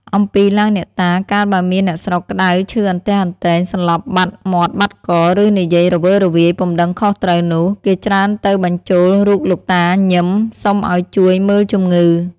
អំពីឡើងអ្នកតា កាលបើមានអ្នកស្រុកក្ដៅឈឺអន្ទះអន្ទែង សន្លប់បាត់មាត់បាត់ក ឫនិយាយរវើរវាយ ពុំដឹងខុសត្រូវនោះ គេច្រើនទៅបញ្ចូលរូបលោកតាញឹម សុំឲ្យជួយមើលជំងឺ។